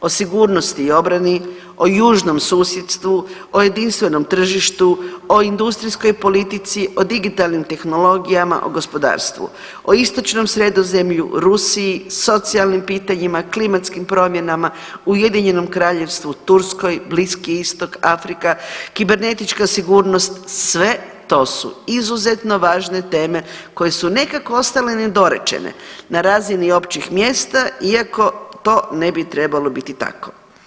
O sigurnosti i obrani, o južnom susjedstvu, o jedinstvenom tržištu, o industrijskoj politici, o digitalnim tehnologijama, o gospodarstvu, o istočnom Sredozemlju, Rusiji, socijalnim pitanjima, klimatskim promjenama, Ujedinjenom Kraljevstvu, Turskoj, Bliski Istok, Afrika, kibernetička sigurnost, sve to su izuzetno važne teme koje su nekako ostale nedorečene na razini općih mjesta iako to ne bi trebalo biti tako.